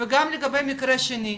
גם לגבי מקרה שני,